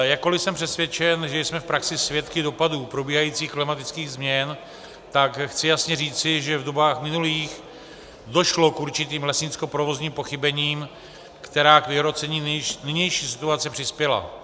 Jakkoli jsem přesvědčen, že jsme v praxi svědky dopadů probíhajících klimatických změn, tak chci jasně říci, že v dobách minulých došlo k určitým lesnickoprovozním pochybením, která k vyhrocení nynější situace přispěla.